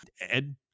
Ed